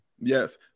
Yes